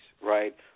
Right